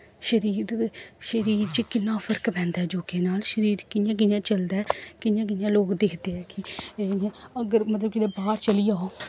शरीर शरीर च किन्ना फर्क पैंदा ऐ योगे नाल शरीर कि'यां कि'यां चलदा ऐ कि'यां कि'यां लोग दिखदे ऐ कि इ'यां अगर जिसलै मतलब बाह्र चली जाओ